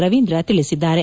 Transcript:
ರವೀಂದ್ರ ತಿಳಿಸಿದ್ದಾರೆ